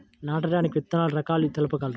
నాటడానికి విత్తన రకాలు తెలుపగలరు?